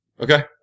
Okay